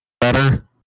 better